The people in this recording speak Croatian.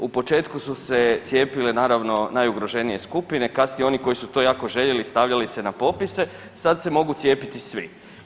U početku su se cijepile naravno najugroženije skupine, kasnije oni koji su to jako željeli i stavljali se na popise, sad se mogu cijepiti svi.